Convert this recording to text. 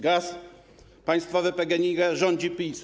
Gaz, państwowe PGNiG - rządzi PiS.